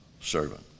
servant